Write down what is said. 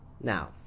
Now